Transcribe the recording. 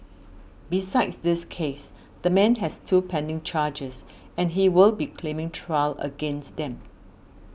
besides this case the man has two pending charges and he will be claiming trial against them